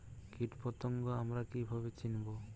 কীটপতঙ্গ আমরা কীভাবে চিনব?